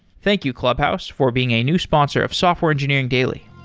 thank you, clubhouse, for being a new sponsor of software engineering daily.